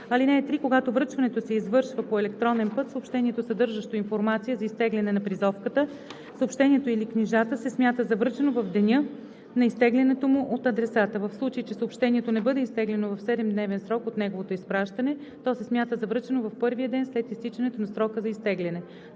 ал. 3: „(3) Когато връчването се извършва по електронен път, съобщението, съдържащо информация за изтегляне на призовката, съобщението или книжата, се смята за връчено в деня на изтеглянето му от адресата. В случай че съобщението не бъде изтеглено в 7-дневен срок от неговото изпращане, то се смята за връчено в първия ден след изтичането на срока за изтегляне.“